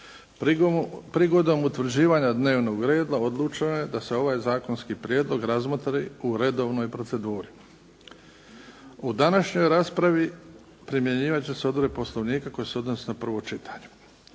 Prigodom utvrđivanja dnevnog reda odlučeno je da se ovaj zakonski prijedlog razmotri u redovnoj proceduri. U današnjoj raspravi primjenjivat će se odredbe Poslovnika koje se odnose na prvo čitanje.